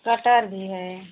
cutter भी है